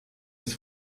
des